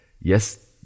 Yes